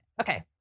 okay